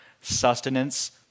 sustenance